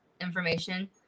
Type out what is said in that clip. information